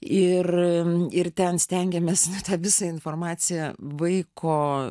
ir ir ten stengiamės tą visą informaciją vaiko